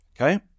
Okay